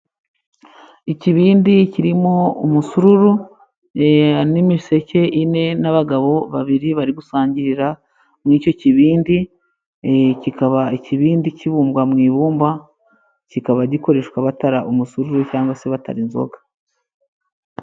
Ikibindi kirimo umusururu n'imiseke enye n'abagabo babiri bari gusangirira mu icyo kibindi, e kikaba ikibindi kibumbwa mu ibumba, kikaba gikoreshwa batara umusururu cyangwa se batara inzoga.